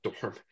dorm